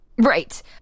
Right